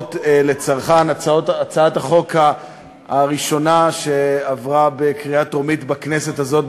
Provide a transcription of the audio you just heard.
תשלום לצרכן) הצעת החוק הראשונה שעברה בקריאה טרומית בכנסת הזאת,